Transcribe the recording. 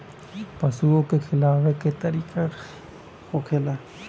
पशुओं के खिलावे के का तरीका होखेला?